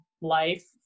life